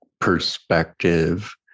perspective